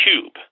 cube